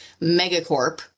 megacorp